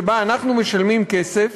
שבה אנחנו משלמים כסף